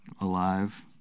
alive